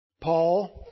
Paul